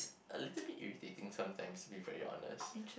a little bit irritating sometimes to be very honest